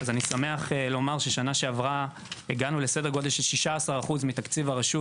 אני אומר לך באחריות לאור תפקידיי הקודמים,